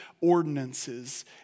ordinances